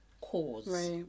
cause